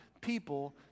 people